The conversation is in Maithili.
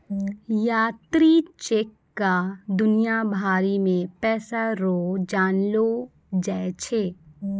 यात्री चेक क दुनिया भरी मे पैसा रो जानलो जाय छै